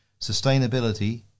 sustainability